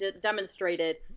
demonstrated